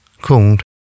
called